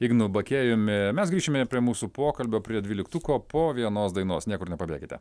ignu bakėjumi mes grįšime prie mūsų pokalbio prie dvyliktuko po vienos dainos niekur nepabėkite